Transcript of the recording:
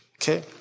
Okay